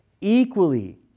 equally